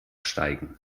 steigen